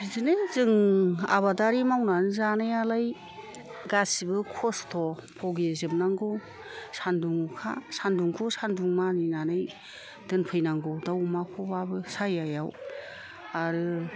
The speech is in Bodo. बिदिनो जों आबादारि मावनानै जानायालाय गासिबो खस्थ' भगिजोबनांगौ सान्दुं अखा सान्दुंखौ सान्दुं मानिनानै दोनफैनांगौ दाव अमाखौबाबो सायायाव आरो